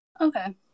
Okay